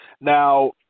Now